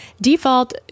Default